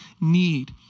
need